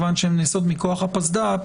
מכיוון שהן נעשות מכוח הפסד"פ,